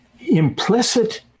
Implicit